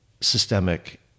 systemic